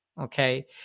okay